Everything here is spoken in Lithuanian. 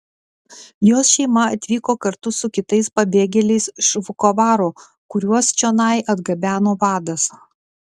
jos šeima atvyko kartu su kitais pabėgėliais iš vukovaro kuriuos čionai atgabeno vadas